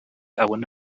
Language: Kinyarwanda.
abone